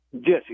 Jesse